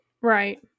Right